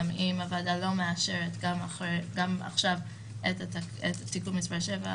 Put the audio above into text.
אם הוועדה לא מאשרת עכשיו גם את תיקון מס' 7,